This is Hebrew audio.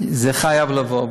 חייב לבוא.